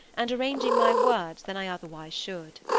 and arranging my words, than i otherwise should.